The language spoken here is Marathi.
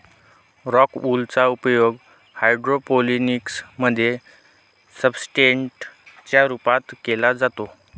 रॉक वूल चा उपयोग हायड्रोपोनिक्स मध्ये सब्सट्रेट च्या रूपात केला जातो